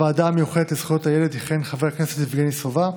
בוועדה המיוחדת לזכויות הילד יכהן חבר הכנסת יבגני סובה,